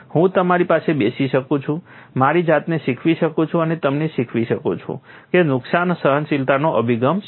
હું તારી સાથે બેસી શકું છું મારી જાતે શીખી શકું છું અને તમને શીખવી શકું છું કે નુકસાન સહનશીલતાનો અભિગમ શું છે